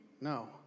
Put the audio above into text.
No